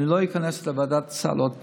ואני לא איכנס לוועדת הסל עוד פעם,